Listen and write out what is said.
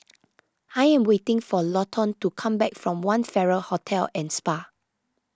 I am waiting for Lawton to come back from one Farrer Hotel and Spa